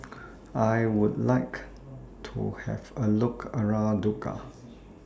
I Would like to Have A Look around Dhaka